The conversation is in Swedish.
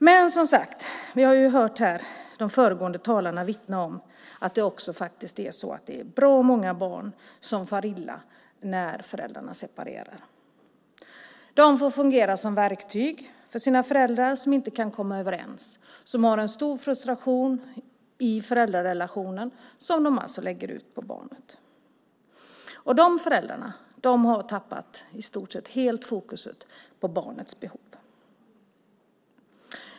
Men vi har här hört föregående talare vittna om att det också är bra många barn som far illa när föräldrarna separerar. Barnen får fungera som verktyg för sina föräldrar som inte kan komma överens och som har en stor frustration i föräldrarelationen, något som de alltså lägger över på barnet. De föräldrarna har i stort sett helt tappat fokus på barnens behov.